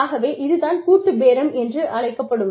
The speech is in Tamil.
ஆகவே இது தான் கூட்டுப் பேரம் என்று அழைக்கப்படும்